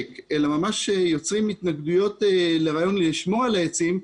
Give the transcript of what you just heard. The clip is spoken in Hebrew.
אלא ממש יוצרים התנגדויות לרעיון לשמור על העצים,